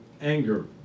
anger